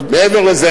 מעבר לזה,